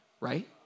right